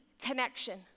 connection